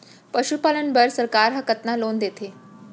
पशुपालन बर सरकार ह कतना लोन देथे?